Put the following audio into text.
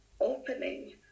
opening